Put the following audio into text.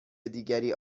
دیگری